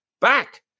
back